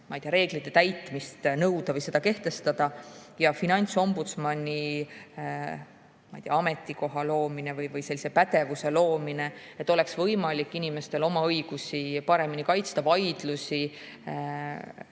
reeglite täitmist nõuda või seda kehtestada ja finantsombudsmani ametikoha loomine või sellise pädevuse loomine, et oleks võimalik inimestel oma õigusi paremini kaitsta, vaidlusi